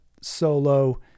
solo